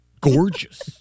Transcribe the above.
Gorgeous